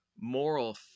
moral